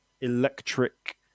electric